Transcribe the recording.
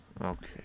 Okay